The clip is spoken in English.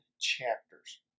chapters